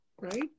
right